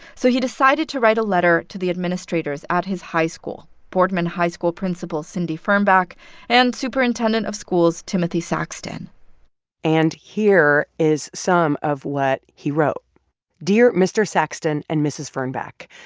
so he decided to write a letter to the administrators at his high school, boardman high school principal cynthia fernback and superintendent of schools timothy saxton and here is some of what he wrote dear mr. saxton and mrs. fernback.